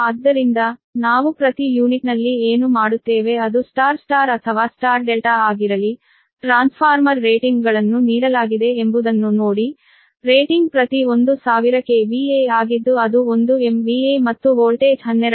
ಆದ್ದರಿಂದ ನಾವು ಪ್ರತಿ ಯೂನಿಟ್ನಲ್ಲಿ ಏನು ಮಾಡುತ್ತೇವೆ ಅದು Y Y ಅಥವಾ Y ∆ ಆಗಿರಲಿ ಟ್ರಾನ್ಸ್ಫಾರ್ಮರ್ ರೇಟಿಂಗ್ಗಳನ್ನು ನೀಡಲಾಗಿದೆ ಎಂಬುದನ್ನು ನೋಡಿ ರೇಟಿಂಗ್ ಪ್ರತಿ 1000 KVA ಆಗಿದ್ದು ಅದು 1 MVA ಮತ್ತು ವೋಲ್ಟೇಜ್ 12